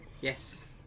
Yes